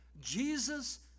Jesus